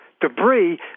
debris